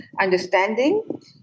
understanding